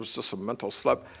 was just a mental slip.